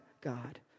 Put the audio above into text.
God